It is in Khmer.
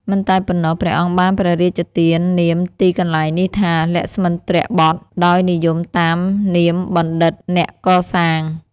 មិនតែប៉ុណ្ណោះ ព្រះអង្គបានព្រះរាជទាននាមទីកន្លែងនេះថា លក្ស្មិន្ទ្របថ ដោយនិយមតាមនាមបណ្ឌិតអ្នកកសាង ។